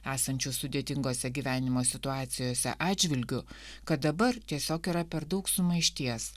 esančių sudėtingose gyvenimo situacijose atžvilgiu kad dabar tiesiog yra per daug sumaišties